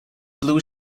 blue